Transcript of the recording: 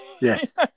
yes